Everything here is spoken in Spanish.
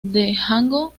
django